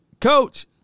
Coach